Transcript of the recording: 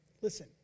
Listen